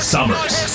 Summers